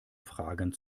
fragen